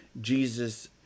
Jesus